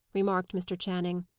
remarked mr. channing.